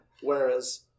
Whereas